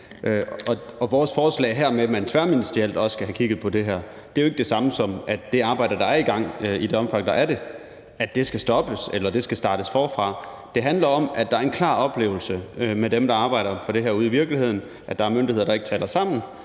Vores forslag her om, at man tværministerielt også skal have kigget på det her, betyder jo ikke, at det arbejde, der er i gang – i det omfang, der er et arbejde i gang – skal stoppe eller skal starte forfra. Det handler om, at der er en klar oplevelse hos dem, der arbejder med det her ude i virkeligheden, af, at der er myndigheder, der ikke taler sammen,